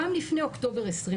גם לפני אוקטובר 20',